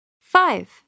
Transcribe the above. five